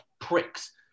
pricks